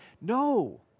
No